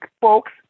folks